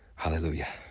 Hallelujah